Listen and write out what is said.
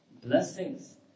blessings